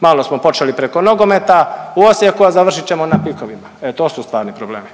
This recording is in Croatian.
malo smo počeli preko nogometa u Osijeku, a završit ćemo na PIK-ovima. E to su stvarni problemi.